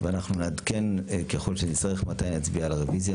ואנחנו נעדכן ככל שנצטרך מתי נצביע על הרביזיה.